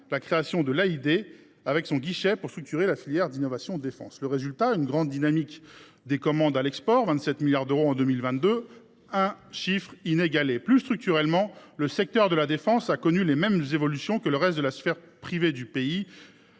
la création de l’AID, avec son guichet destiné à structurer la filière innovation défense. Le résultat ? Une grande dynamique des commandes à l’export : 27 milliards d’euros en 2022, un chiffre inégalé ! Plus structurellement, le secteur de la défense a connu les mêmes évolutions que le reste de la sphère privée du pays